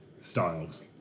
styles